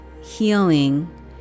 healing